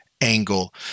angle